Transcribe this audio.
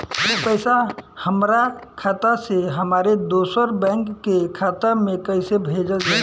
पैसा हमरा खाता से हमारे दोसर बैंक के खाता मे कैसे भेजल जायी?